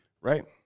right